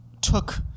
took